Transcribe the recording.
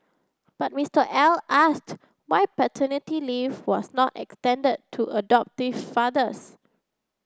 but Mr L asked why paternity leave was not extended to adoptive fathers